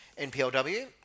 NPLW